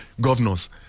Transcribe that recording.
governors